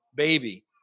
baby